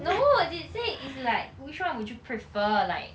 no they say it's like which one would you prefer like